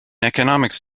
economics